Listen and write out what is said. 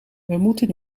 moeten